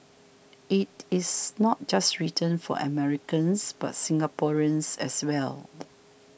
it is not just written for Americans but Singaporeans as well